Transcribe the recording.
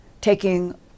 taking